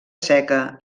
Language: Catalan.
seca